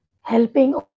helping